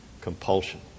compulsion